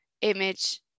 image